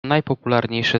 najpopularniejsze